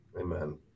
Amen